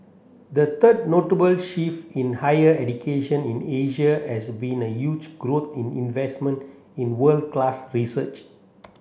the third notable shift in higher education in Asia has been a huge growth in investment in world class research